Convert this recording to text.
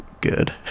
good